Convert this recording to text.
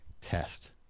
test